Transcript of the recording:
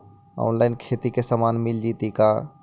Online खेती के सामान मिल जैतै का?